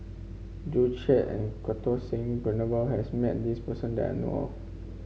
Joo Chiat and Santokh Singh Grewal has met this person that I know of